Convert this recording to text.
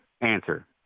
answer